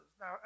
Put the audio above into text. Now